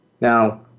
Now